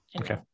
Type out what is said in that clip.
Okay